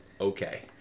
okay